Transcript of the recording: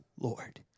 Lord